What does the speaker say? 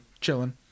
chilling